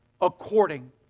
according